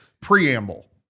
preamble